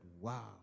wow